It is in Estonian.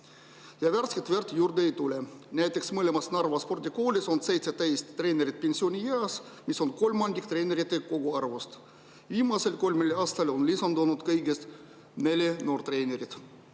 Värsket verd aga juurde ei tule. Näiteks mõlemas Narva spordikoolis on 17 treenerit pensionieas, mis on kolmandik treenerite koguarvust. Viimasel kolmel aastal on lisandunud kõigest neli noortreenerit.